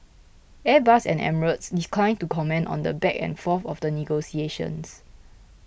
Airbus and Emirates declined to comment on the back and forth of the negotiations